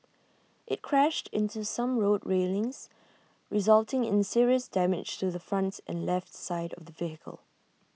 IT crashed into some road railings resulting in serious damage to the front and left side of the vehicle